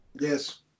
Yes